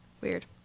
weird